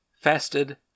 Fasted